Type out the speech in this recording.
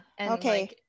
okay